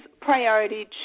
priority